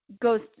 goes